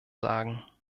sagen